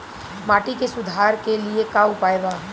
माटी के सुधार के लिए का उपाय बा?